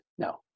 No